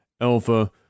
Alpha